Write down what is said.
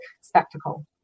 spectacle